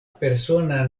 persona